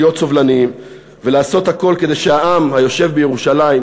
להיות סובלניים ולעשות הכול כדי שהעם היושב בירושלים,